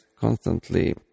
constantly